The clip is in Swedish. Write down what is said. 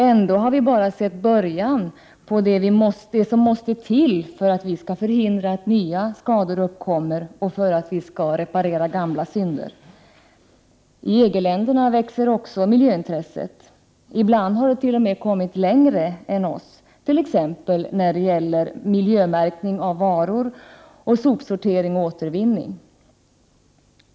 Ändå har vi bara sett början på det som måste till för att vi skall förhindra att nya skador uppkommer och för att reparera gamla synder. I EG-länderna växer också miljöintresset. Ibland har de kommit längre än vi, bl.a. när det gäller miljömärkning av varor samt sopsortering och återvinning.